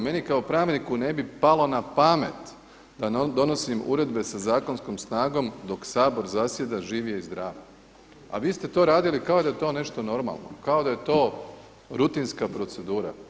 Meni kao pravniku ne bi palo na pamet da donosim uredbe sa zakonskom snagom dok Sabor zasjeda, živ je i zdrav a vi ste to radili kao da je to nešto normalno, kao da je to rutinska procedura.